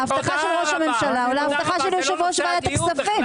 להבטחה של ראש הממשלה או להבטחה של יושב-ראש ועדת הכספים?